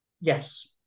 Yes